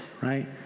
right